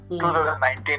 2019